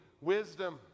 wisdom